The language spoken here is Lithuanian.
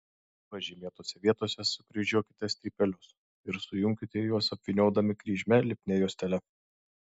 pažymėtose vietose sukryžiuokite strypelius ir sujunkite juos apvyniodami kryžmę lipnia juostele